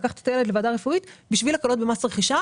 לקחת את הילד לוועדה רפואית כדי לקבל הקלות במס רכישה